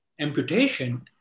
amputation